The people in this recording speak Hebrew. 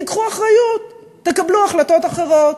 תיקחו אחריות, תקבלו החלטות אחרות.